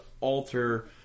alter